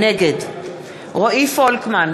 נגד רועי פולקמן,